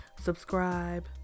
subscribe